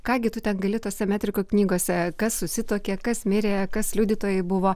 ką gi tu ten gali tose metrikų knygose kas susituokė kas mirė kas liudytojai buvo